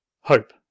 Hope